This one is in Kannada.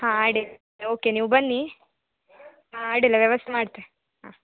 ಹಾಂ ಅಡ್ಡಿಲ್ಲ ಓಕೆ ನೀವು ಬನ್ನಿ ಹಾಂ ಅಡ್ಡಿಲ್ಲ ವ್ಯವಸ್ಥೆ ಮಾಡ್ತೆ ಹಾಂ